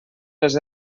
les